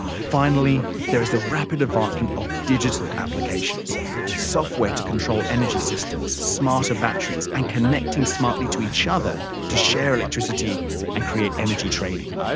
finally, there is the rapid advancement of digital applications software to control energy systems, smarter batteries, and connecting smartly to each other to share electricity and energy trading.